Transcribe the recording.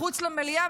מחוץ למליאה,